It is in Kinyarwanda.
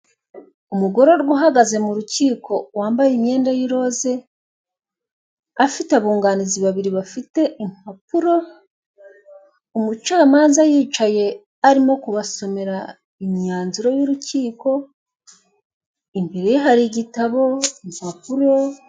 Umugororwa uhagaze mu rukiko wambaye imyenda y'iroze, afite abunganizi babiri bafite impapuro, umucamanza yicaye arimo kubasomera imyanzuro y'urukiko, imbere ye hari igitabo, impapuro.